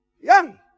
Young